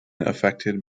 affected